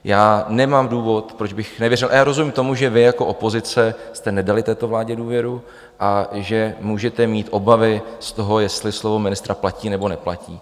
Já nemám důvod, proč bych nevěřil a já rozumím tomu, že vy jako opozice jste nedali této vládě důvěru a že můžete mít obavy z toho, jestli slovo ministra platí, nebo neplatí.